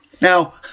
Now